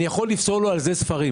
אני יכול לפסול לו בשל כך ספרים.